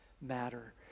matter